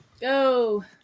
Go